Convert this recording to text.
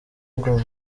ngo